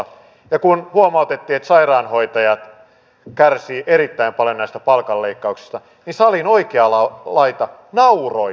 ja kun huomautettiin että sairaanhoitajat kärsivät erittäin paljon näistä palkanleikkauksista niin salin oikea laita nauroi täällä